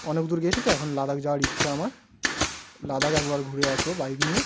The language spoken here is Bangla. অনেক দূর গিয়েছি তো এখন লাদাখ যাওয়ার ইচ্ছা আমার লাদাখ একবার ঘুরে আসব বাইক নিয়ে